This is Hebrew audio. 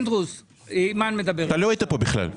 לא היית פה בכלל.